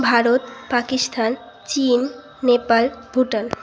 ভারত পাকিস্তান চীন নেপাল ভুটান